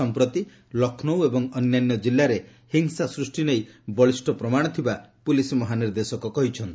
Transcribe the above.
ସମ୍ପ୍ରତି ଲକ୍ଷ୍ନୌ ଏବଂ ଅନ୍ୟାନ୍ୟ କିଲ୍ଲାରେ ହିଂସା ସୃଷ୍ଟି ନେଇ ବଳିଷ୍ଣ ପ୍ରମାଣ ଥିବା ପୁଲିସ୍ ମହାନିର୍ଦ୍ଦେଶକ କହିଛନ୍ତି